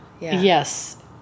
Yes